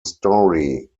story